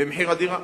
במחיר הדירות.